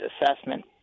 assessment